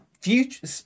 future